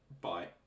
bye